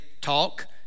talk